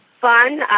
fun